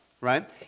right